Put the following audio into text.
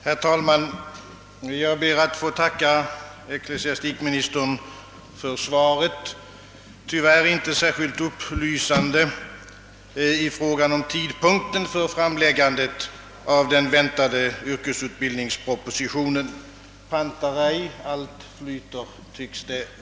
Herr talman! Jag ber att få tacka ecklesiastikministern för svaret. Tyvärr var det inte särskilt upplysande i fråga om tidpunkten för framläggandet av den väntade yrkesutbildningspropositionen — panta rei, allt flyter, tycks det.